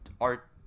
art